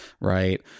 right